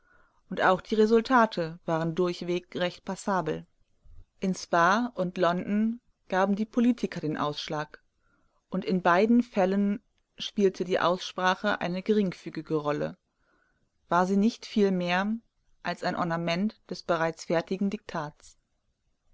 und auch die resultate waren durchweg recht passabel in spaa und london gaben die politiker den ausschlag und in beiden fällen spielte die aussprache eine geringfügige rolle war sie nicht viel mehr als ein ornament des bereits fertigen diktats